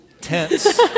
tense